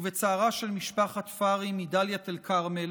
ובצערה של משפחת פרו מדאלית אל-כרמל,